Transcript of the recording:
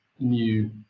new